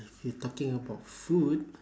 if you talking about food